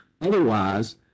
Otherwise